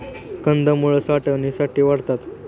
कंदमुळं साठवणीसाठी वाढतात